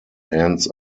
ends